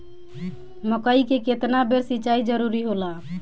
मकई मे केतना बेर सीचाई जरूरी होला?